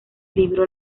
libró